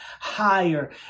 higher